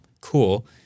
cool